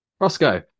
Roscoe